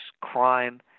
crime